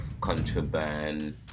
contraband